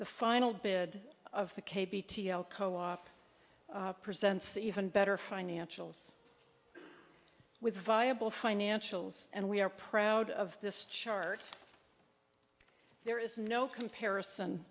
the final bid of the k b t co op presents even better financials with viable financials and we are proud of this chart there is no comparison